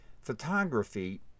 Photography